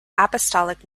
apostolic